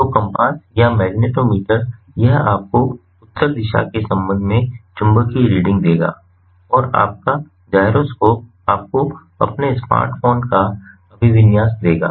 तो कम्पास या मैग्नेटोमीटर यह आपको उत्तर दिशा के संबंध में चुंबकीय रीडिंग देगा और आपका जाइरोस्कोप आपको अपने स्मार्टफ़ोन का अभिविन्यास देगा